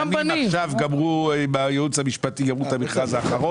לגבי בנים גמרו עכשיו בייעוץ המשפטי את המכרז האחרון.